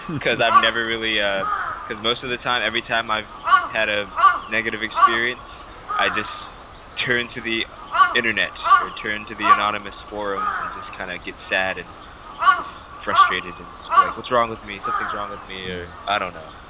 because i've never really ah because most of the time every time i've had a negative experience i just turned to the internet or turned to the anonymous forums and just kind of get sad and frustrated and just be like what's wrong with me something's wrong with me. i don't know